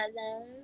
Hello